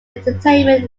entertainment